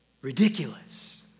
Ridiculous